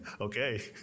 okay